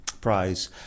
prize